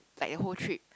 like a whole trip